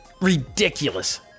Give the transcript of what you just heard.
ridiculous